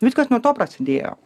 viskas nuo to prasidėjo